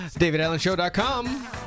davidallenshow.com